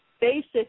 basic